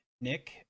Nick